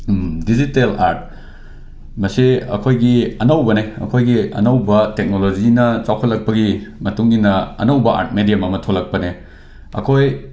digital art ꯃꯁꯤ ꯑꯩꯈꯣꯏꯒꯤ ꯑꯅꯧꯕꯅꯦ ꯑꯩꯈꯣꯏꯒꯤ ꯑꯅꯧꯕ ꯇꯦꯛꯅꯣꯂꯣꯖꯤꯅ ꯆꯥꯎꯈꯠꯂꯛꯄꯒꯤ ꯃꯇꯨꯡ ꯏꯟꯅ ꯑꯅꯧꯕ ꯑꯥꯔꯠ ꯃꯦꯗ꯭ꯌꯝ ꯑꯃ ꯊꯣꯛꯂꯛꯄꯅꯤ ꯑꯩꯈꯣꯏꯒꯤ